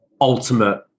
ultimate